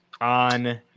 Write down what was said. on